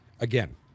Again